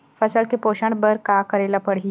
फसल के पोषण बर का करेला पढ़ही?